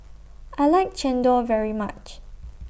I like Chendol very much